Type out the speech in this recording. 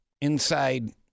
inside